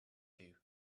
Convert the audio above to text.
two